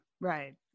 right